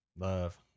Love